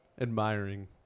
admiring